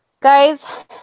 Guys